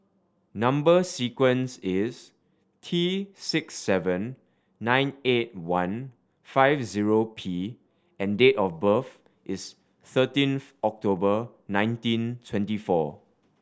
number sequence is T six seven nine eight one five zero P and date of birth is thirteenth October nineteen twenty four